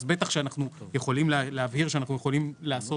בטח שאנחנו יכולים להבהיר שאנחנו יכולים לעשות